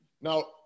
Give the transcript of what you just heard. Now